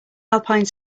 alpine